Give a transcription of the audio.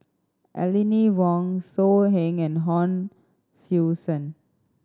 Aline Wong So Heng and Hon Sui Sen